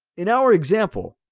in our example,